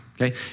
okay